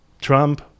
Trump